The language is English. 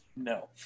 no